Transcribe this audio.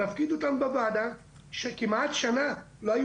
להפקיד אותם בוועדה שכמעט שנה לא היו